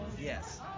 Yes